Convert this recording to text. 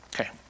Okay